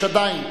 יש עדיין.